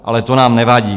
Ale to nám nevadí.